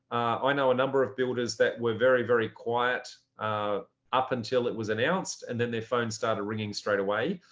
i know a number of builders that were very, very quiet up until it was announced, and then the phone started ringing straightaway.